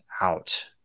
out